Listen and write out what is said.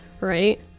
right